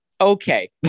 Okay